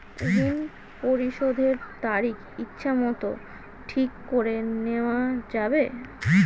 ঋণ পরিশোধের তারিখ ইচ্ছামত ঠিক করে নেওয়া যাবে?